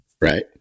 right